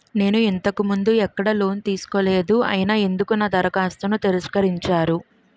నేను ఇంతకు ముందు ఎక్కడ లోన్ తీసుకోలేదు అయినా ఎందుకు నా దరఖాస్తును తిరస్కరించారు?